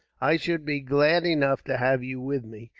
i should be glad enough to have you with me,